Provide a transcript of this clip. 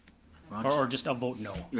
ah or just a vote no.